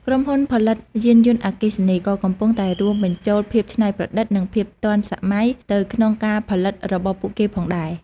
ក្រុមហ៊ុនផលិតយានយន្តអគ្គីសនី ក៏កំពុងតែរួមបញ្ចូលភាពច្នៃប្រឌិត និងភាពទាន់សម័យទៅក្នុងការផលិតរបស់ពួកគេផងដែរ។